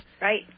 Right